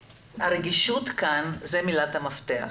הרגישות כאן זו מילת המפתח.